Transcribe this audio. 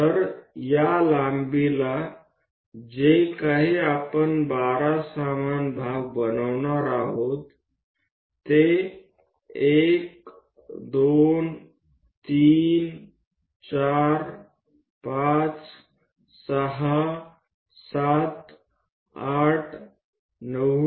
તો આ લંબાઈ જે પણ કંઈ હોય આપણે તેને 1 2 3 4 5 6 7 8 9 10 11 12 એ રીતે 12 સમાન ભાગોમાં વહેંચીશું